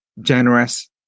generous